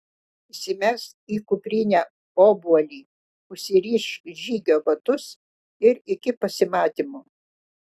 įsimesk į kuprinę obuolį užsirišk žygio batus ir iki pasimatymo